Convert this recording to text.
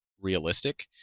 realistic